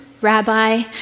rabbi